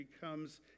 becomes